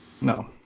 no